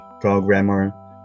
programmer